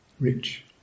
Rich